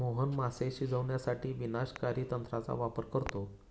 मोहन मासे शिजवण्यासाठी विनाशकारी तंत्राचा वापर करतो